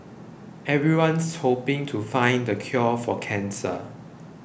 everyone's hoping to find the cure for cancer